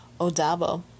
Odabo